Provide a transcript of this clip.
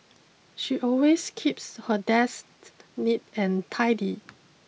she always keeps her desk neat and tidy